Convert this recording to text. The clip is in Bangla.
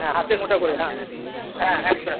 হ্যাঁ হাতে মোটা করে হ্যাঁ হ্যাঁ একটা